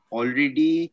already